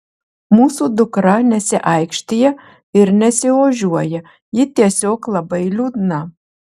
mūsų dukra nesiaikštija ir nesiožiuoja ji tiesiog labai liūdna